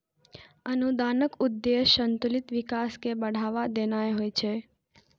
अनुदानक उद्देश्य संतुलित विकास कें बढ़ावा देनाय होइ छै